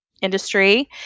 industry